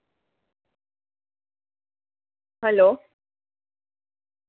hello